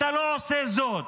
אתה לא עושה זאת.